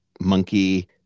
monkey